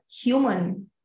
human